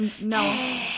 no